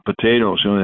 potatoes